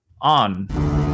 on